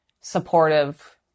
supportive